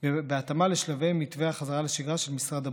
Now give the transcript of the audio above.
בהתאמה לשלבי מתווה החזרה לשגרה של משרד הבריאות.